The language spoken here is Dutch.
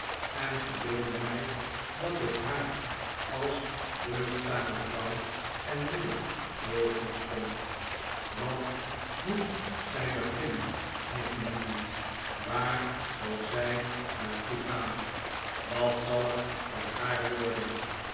en verbeeldde mij dat het haar als deugdzame vrouw en moeder heel goed stond wat moet zij beginnen snikte minnie waar zal zij naar toe gaan wat zal er van haar worden